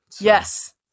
Yes